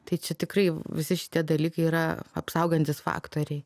tai čia tikrai visi šitie dalykai yra apsaugantys faktoriai